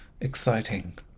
Exciting